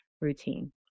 routine